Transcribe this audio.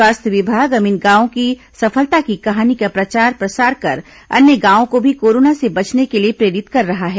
स्वास्थ्य विभाग अब इन गांवों की सफलता की कहानी का प्रचार प्रसार कर अन्य गांवों को भी कोरोना से बचने के लिए प्रेरित कर रहा है